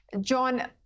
John